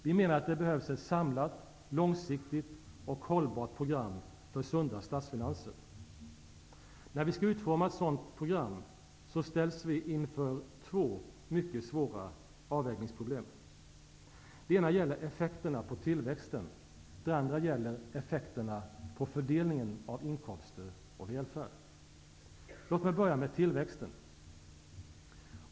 Vi menar att det behövs ett samlat, långsiktigt och hållbart program för sunda statsfinanser. När vi skall utforma ett sådant program ställs vi inför två mycket svåra avvägningsproblem. Det ena gäller effekterna på tillväxten. Det andra gäller effekterna på fördelningen av inkomster och välfärd. Låt mig börja med tillväxten.